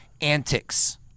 antics